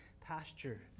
pasture